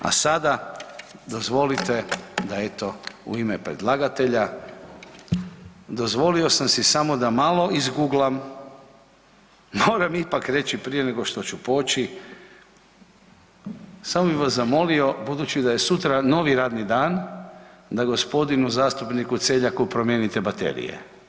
A sada dozvolite da eto u ime predlagatelja, dozvolio sam si samo malo izguglam moram ipak reći prije nego što ću poći, samo bih vas zamolio budući da je sutra novi radni dan, da gospodinu zastupniku Celjaku promijenite baterije.